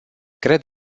cred